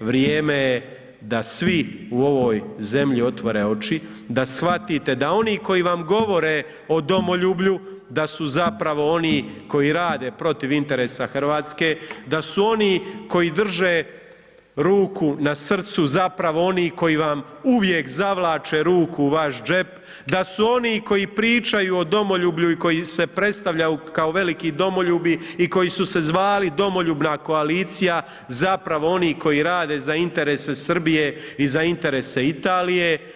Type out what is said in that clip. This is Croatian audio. vrijeme je da svi u ovoj zemlji otvore oči, da shvatite da oni koji vam govore o domoljublju da su zapravo oni koji rade protiv interesa Hrvatske, da su oni koji drže ruku na srcu zapravo oni koji vam uvijek zavlače ruku u vaš džep, da su oni koji pričaju o domoljublju i koji se predstavljaju kao veliki domoljubi i koji su se zvali domoljubna koalicija zapravo oni koji rade za interese Srbije i za interese Italije.